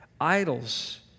idols